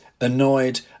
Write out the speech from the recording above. annoyed